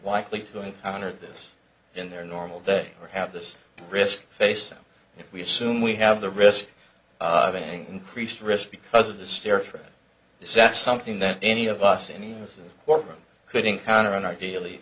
whitely to encounter this in their normal day or have this risk face if we assume we have the risk of an increased risk because of the stare trying to set something that any of us any court room could encounter in our daily